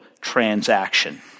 transaction